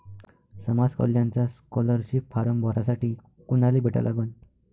समाज कल्याणचा scholarship form भरासाठी कुनाले भेटा लागन?